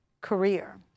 career